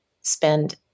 spend